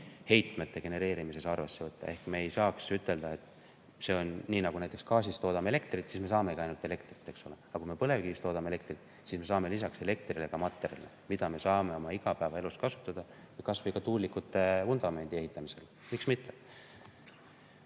heitmete genereerimises arvesse võtta. See on nii, et kui me näiteks gaasist toodame elektrit, siis me saamegi ainult elektrit, eks ole, aga kui me põlevkivist toodame elektrit, siis me saame lisaks elektrile materjale, mida me saame oma igapäevaelus kasutada, kas või näiteks tuulikute vundamendi ehitamisel, miks mitte. Lõpp